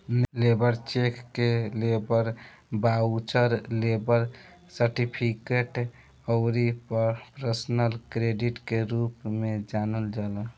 labour cheque के labour voucher, labour certificate अउरी personal credit के रूप में जानल जाला